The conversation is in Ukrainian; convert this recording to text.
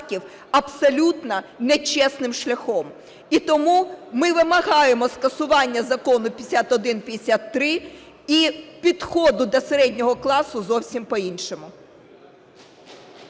абсолютно нечесним шляхом. І тому ми вимагаємо скасування Закону 5153 і підходу до середнього класу зовсім по-іншому.